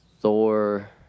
Thor